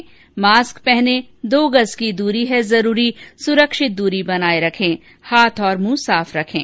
mask पहनें दो गज़ की दूरी है जरूरी सुरक्षित दूरी बनाए रखें हाथ और मुंह साफ रखें